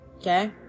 Okay